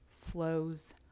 flows